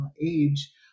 age